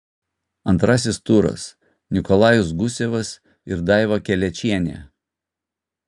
antrasis turas nikolajus gusevas ir daiva kelečienė